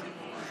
עם